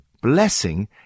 Blessing